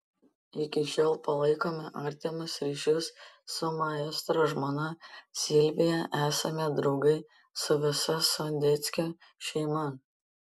iki šiol palaikome artimus ryšius su maestro žmona silvija esame draugai su visa sondeckių šeima